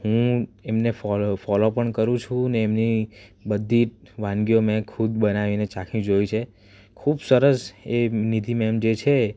હું એમને follow follow પણ કરું છું અને એમની બધી વાનગીઓ મેં ખુદ બનાવીને ચાખી જોઈ છે ખૂબ સરસ એ નિધિ મેમ જે છે